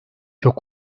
çok